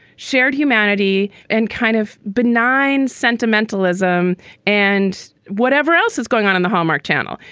shared humanity and kind of benign sentimentalism and whatever else is going on on the hallmark channel.